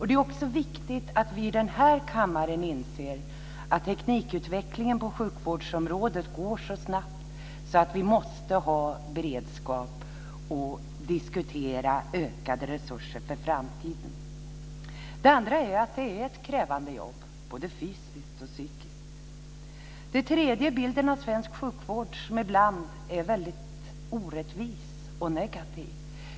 Det är också viktigt att vi i den här kammaren inser att teknikutvecklingen på sjukvårdsområdet går så snabbt att vi måste ha beredskap och diskutera ökade resurser för framtiden. En annan sak är att det är ett krävande jobb, både fysiskt och psykiskt. En tredje sak är att bilden av svensk sjukvård ibland är väldigt orättvis och negativ.